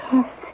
Yes